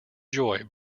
joy